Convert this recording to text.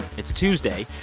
it's tuesday.